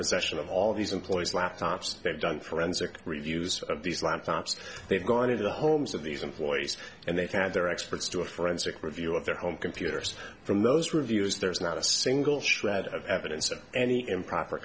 possession of all these employees laptops they've done forensic reviews of these laptops they've gone to the homes of these employees and they've had their experts do a forensic review of their home computers from those reviews there's not a single shred of evidence or any improper